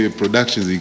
production